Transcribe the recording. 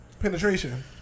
Penetration